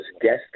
guest